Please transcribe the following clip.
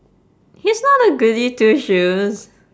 he's not a goody two shoes